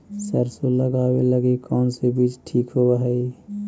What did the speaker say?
सरसों लगावे लगी कौन से बीज ठीक होव हई?